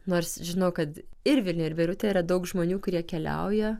nors žinau kad ir vilniuje ir beirute yra daug žmonių kurie keliauja